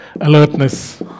alertness